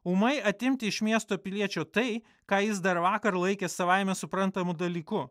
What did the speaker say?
ūmai atimti iš miesto piliečio tai ką jis dar vakar laikė savaime suprantamu dalyku